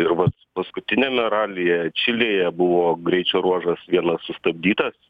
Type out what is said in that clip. ir vat paskutiniame ralyje čilėje buvo greičio ruožas vienas sustabdytas